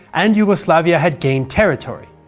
and yugoslavia had gained territory,